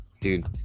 dude